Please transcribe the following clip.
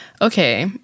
okay